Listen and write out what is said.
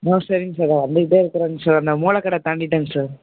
ம் சரிங்க சார் இதோ வந்துக்கிட்டே இருக்கிறேங்க சார் இந்த மூலைக்கட தாண்டிவிட்டேன் சார்